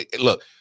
Look